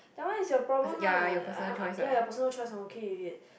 that one is your problem lah uh um ya personal choice I'm okay with it